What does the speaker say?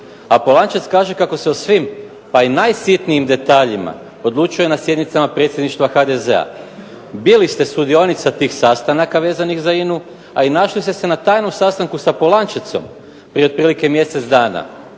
a Polančec kaže kako se o svim pa i najsitnijim detaljima odlučuje na sjednicama predsjedništva HDZ-a. Bili ste sudionica tih sastanaka vezanih za INA-u, a i našli ste se na tajnom sastanku sa Polančecom prije otprilike mjesec dana.